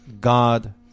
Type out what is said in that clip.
God